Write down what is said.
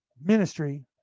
ministry